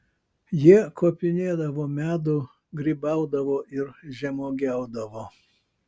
jie kopinėdavo medų grybaudavo ir žemuogiaudavo